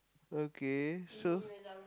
okay so